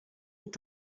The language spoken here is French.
est